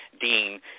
Dean